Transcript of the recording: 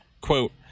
Quote